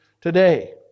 today